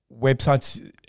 websites